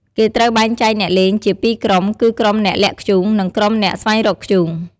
គេត្រូវបែងចែកអ្នកលេងជា ពីរក្រុម គឺក្រុមអ្នកលាក់ធ្យូង និងក្រុមអ្នកស្វែងរកធ្យូង។